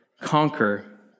conquer